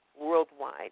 worldwide